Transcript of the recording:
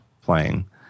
playing